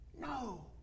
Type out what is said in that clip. No